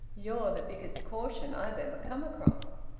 you're the biggest caution i've ever come across!